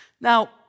Now